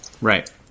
Right